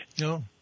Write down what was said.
No